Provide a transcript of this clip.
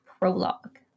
prologue